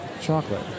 chocolate